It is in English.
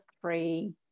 three